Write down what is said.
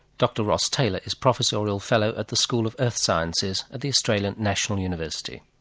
dr ross taylor is professorial fellow at the school of earth sciences at the australian national university.